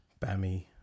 BAMI